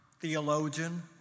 theologian